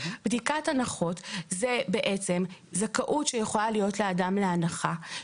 בדיקת הנחות זה למעשה זכאות שיכולה להיות לאדם להנחה,